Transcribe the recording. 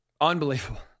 Unbelievable